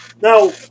Now